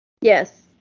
Yes